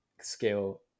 scale